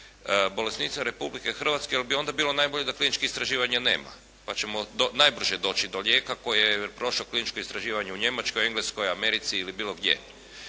bolesnicima Republike Hrvatske, jer bi onda bilo najbolje da kliničkih istraživanja nema, pa ćemo najbrže doći do lijeka koje je prošlo kliničko istraživanje u Njemačkoj, Engleskoj, Americi ili bilo gdje,